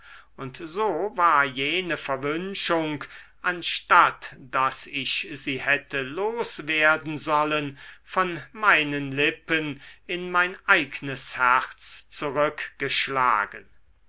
und so war jene verwünschung anstatt daß ich sie hätte los werden sollen von meinen lippen in mein eignes herz zurückgeschlagen